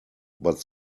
but